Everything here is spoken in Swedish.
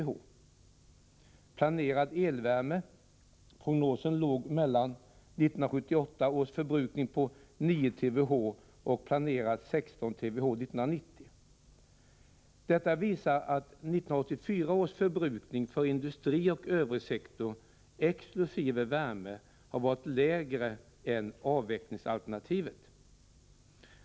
För planerad elvärme var prognosen för 1978 års förbrukning 9 TWh och för 1990 16 TWh. Detta visar att 1984 års förbrukning för industri och sektorn övrigt exkl. värme har varit lägre än enligt avvecklingsalternativet.